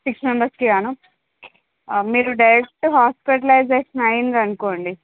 six మెంబర్స్కి కాను మీరు డైరెక్ట్ హాస్పటలైజేషన్ అయ్యింది అనుకోండి